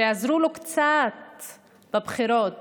שיעזרו לו קצת בבחירות,